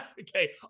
Okay